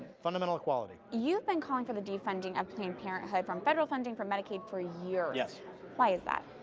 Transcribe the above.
fundamental equality. you've been calling for the defunding of planned parenthood from federal funding for medicaid for years yes why is that?